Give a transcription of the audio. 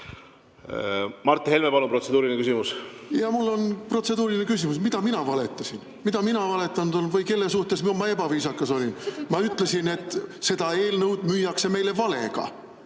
Mart Helme, palun, protseduuriline küsimus! Jaa, mul on protseduuriline küsimus: mida mina valetasin? Mida mina valetanud olen või kelle suhtes ma ebaviisakas olin? Ma ütlesin, et seda eelnõu müüakse meile valega.